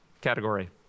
category